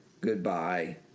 goodbye